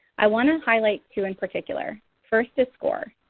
i want to highlight two in particular. first is score,